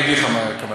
אני אגיד לך מה הכוונה.